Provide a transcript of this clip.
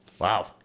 Wow